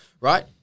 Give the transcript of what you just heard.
right